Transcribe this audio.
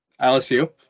LSU